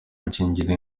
gukingira